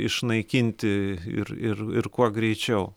išnaikinti ir ir ir kuo greičiau